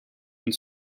and